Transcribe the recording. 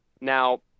Now